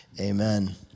Amen